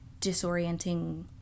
disorienting